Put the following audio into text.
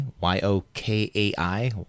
Y-O-K-A-I